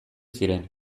ziren